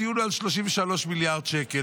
הדיון הוא על 33 מיליארד שקל.